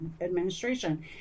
administration